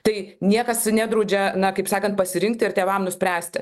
tai niekas nedraudžia na kaip sakant pasirinkti ir tėvam nuspręsti